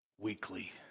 weekly